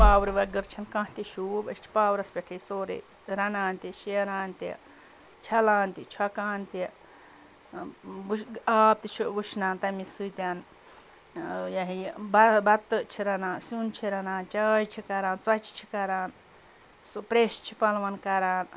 پاورٕ وغٲر چھَنہٕ کانٛہہ تہِ شوٗب أسۍ چھِ پاورَس پٮ۪ٹھے سورُے رَنان تہِ شیران تہِ چھَلان تہِ چھۄکان تہِ آب تہِ چھُ وُشنان تَمے سۭتۍ یِہَے یہِ بَتہٕ چھِ رَنان سیُن چھِ رَنان چاے چھِ کَران ژۄچہِ چھِ کَران سُہ پریٚس چھِ پَلوَن کَران